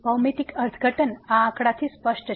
ભૌમિતિક અર્થઘટન આ આંકડાથી સ્પષ્ટ છે